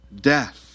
death